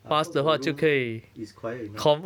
I hope the room is quiet enough